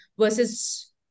versus